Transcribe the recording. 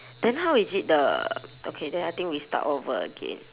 then how is it the okay then I think we start all over again